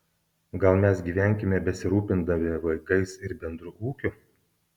gal mes gyvenkime besirūpindami vaikais ir bendru ūkiu